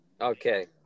Okay